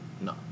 no